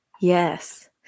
Yes